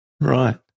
right